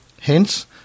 Hence